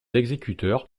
exécuteurs